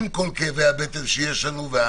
עם כל כאבי הבטן שיש לנו, ויש.